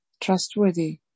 Trustworthy